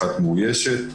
אחת מאוישת.